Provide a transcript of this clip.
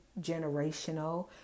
generational